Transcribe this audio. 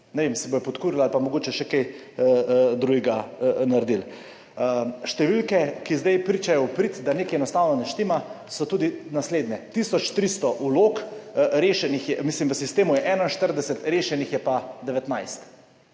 ne vem, se bodo pokurili pa mogoče še kaj drugega naredili. Številke, ki zdaj pričajo v prid, da nekaj enostavno ne štima so tudi naslednje, tisoč 300 vlog, rešenih je mislim v sistemu je 41, rešenih je pa 19.